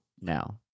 No